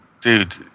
dude